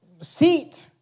seat